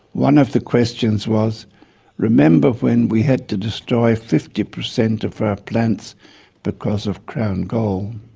one of the questions was remember when we had to destroy fifty percent of our plants because of crown gall?